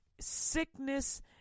Sickness